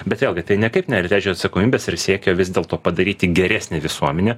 bet vėlgi tai niekaip neatleidžia atsakomybės ir siekio vis dėl to padaryti geresnę visuomenę